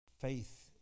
Faith